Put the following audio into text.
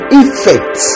effect